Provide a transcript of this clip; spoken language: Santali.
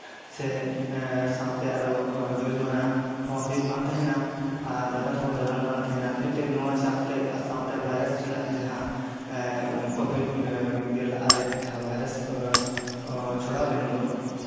ᱥᱮ ᱥᱟᱶᱛᱮ ᱟᱨᱚ ᱡᱩᱨᱤᱢᱟᱱᱟ ᱦᱚᱸ ᱦᱩᱭᱩᱜ ᱠᱟᱱ ᱛᱟᱦᱮᱱᱟ ᱟᱨ ᱫᱟᱫᱟᱞ ᱠᱟᱱ ᱛᱟᱦᱮᱱᱟ ᱮᱱᱛᱮ ᱱᱚᱣᱟ ᱪᱟᱯᱛᱮ ᱥᱟᱶᱛᱮ ᱵᱷᱟᱭᱨᱟᱥ ᱨᱮᱱᱟᱜ ᱡᱟᱦᱟᱸ ᱠᱳᱵᱷᱤᱰ ᱢᱤᱫᱜᱮᱞ ᱟᱨᱮ ᱡᱟᱦᱟᱸ ᱵᱷᱟᱭᱨᱟᱥ ᱪᱷᱚᱲᱟᱣ ᱞᱮᱱᱫᱚ